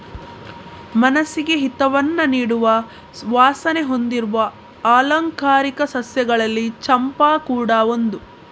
ಮನಸ್ಸಿಗೆ ಹಿತವನ್ನ ನೀಡುವ ವಾಸನೆ ಹೊಂದಿರುವ ಆಲಂಕಾರಿಕ ಸಸ್ಯಗಳಲ್ಲಿ ಚಂಪಾ ಕೂಡಾ ಒಂದು